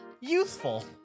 Youthful